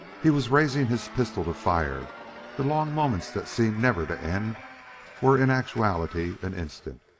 he was raising his pistol to fire the long moments that seemed never to end were in actuality an instant.